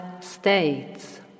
states